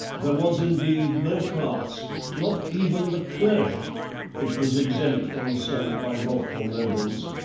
there was, indeed, no class not even the clergy which was exempt from assault by wrathful nobles.